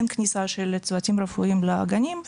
אין כניסה של צוותים רפואיים לגנים,